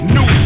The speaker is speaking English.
New